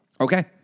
Okay